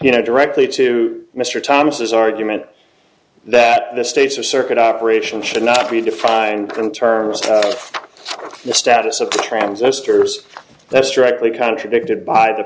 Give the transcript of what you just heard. you know directly to mr thomas's argument that the states are circuit operation should not be defined in terms of the status of transistors that's directly contradicted by the